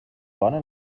bona